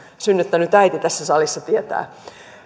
synnyttänyt äiti tässä salissa tietää